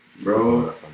Bro